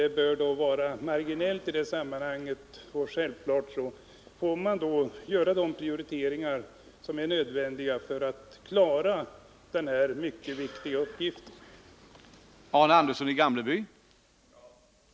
Det bör vara marginellt i detta sammanhang. Självfallet får man då 14 december 1979 göra de prioriteringar som är nödvändiga för att klara denna mycket viktiga Herr talman! Jag är medveten om att kostnaderna i och för sig är små i förhållande till budgetens storlek. Men trots detta är länsstyrelsernas direktiv från regeringen sådana att det egentligen inte ges några möjligheter, utan ramarna skall hållas.